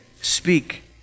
speak